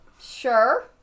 sure